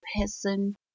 person